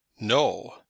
no